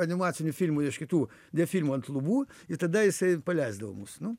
animacinių filmų reiškia tų diafilmų ant lubų ir tada jisai paleisdavo mus nu